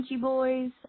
Boys